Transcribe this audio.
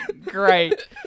Great